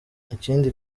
ikindi